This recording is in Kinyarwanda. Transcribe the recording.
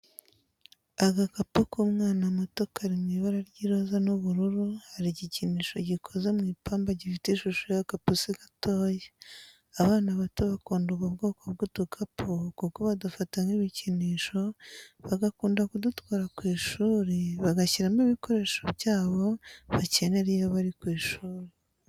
Agakapu k'umwana muto kari mu ibara ry'iroza n'ubururu, hari igikinisho gikoze mu ipamba gifite ishusho y'agapusi gatoya, abana bato bakunda ubu bwoko bw'udukapu kuko badufata nk'ibikinisho bagakunda kudutwara ku ishuri bagashyiramo ibikoresho byabo bakenera iyo bari ku ishuri.